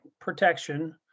protection